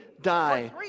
die